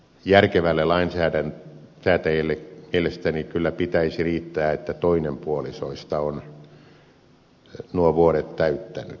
järkevälle lainsäätäjälle mielestäni kyllä pitäisi riittää että toinen puolisoista on nuo vuodet täyttänyt